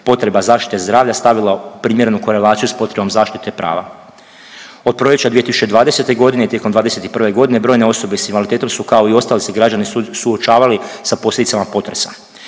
potreba zaštite zdravlja stavila u primjerenu korelaciju s potrebom zaštite prava. Od proljeća 2020.g. tijekom 2021. godine brojne osobe s invaliditetom su kao i ostali građani suočavali sa posljedicama potresa.